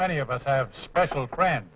many of us have special friend